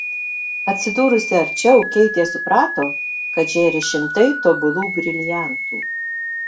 atsidūrusi arčiau keitė suprato kad žėri šimtai tobulų briliantų